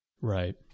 right